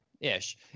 ish